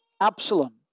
Absalom